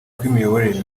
kw’imiyoborere